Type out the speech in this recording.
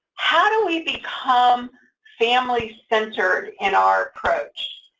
how do we become family-centered in our approach?